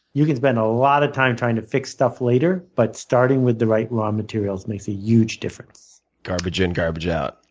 you can spend a lot of time trying to fix stuff later but starting with the right raw materials makes a huge difference. garbage in, garbage out.